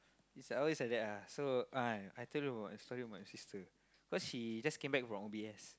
is always like that ah so ah I tell you about a story about my sister cause she just came back from O_B_S